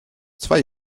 zwei